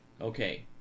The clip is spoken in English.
okay